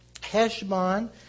Heshbon